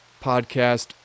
podcast